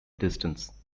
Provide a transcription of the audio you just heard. distance